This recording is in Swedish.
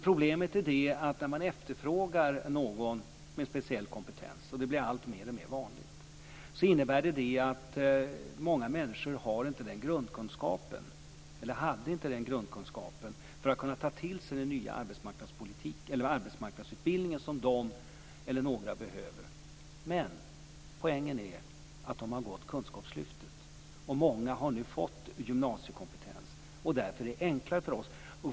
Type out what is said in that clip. Problemet är att det är allt vanligare att efterfråga speciell kompetens och att många människor inte har den grundkunskapen. De hade inte grundkunskapen för att ta till sig av den nya arbetsmarknadsutbildningen. Men poängen är att de har gått kunskapslyftet. Många har fått gymnasiekompetens. Därför har det blivit enklare för oss.